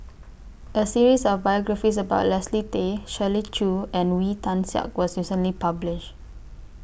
A series of biographies about Leslie Tay Shirley Chew and Wee Tian Siak was recently published